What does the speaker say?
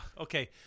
Okay